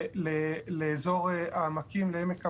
לאזור העמקים, לעמק המעיינות.